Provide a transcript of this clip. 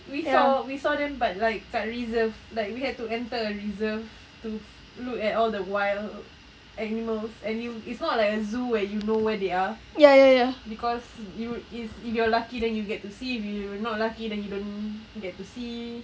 we saw we saw them but like kat reserve like we had to enter a reserve to look at all the wild animals and it's not like a zoo where you know where they are cause you is if you're lucky then you get to see if you're not lucky then you don't get to see